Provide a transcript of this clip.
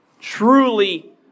Truly